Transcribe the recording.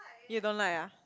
you don't like ah